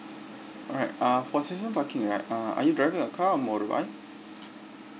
alright uh for season parking right uh are you driving a car or motor bike